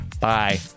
Bye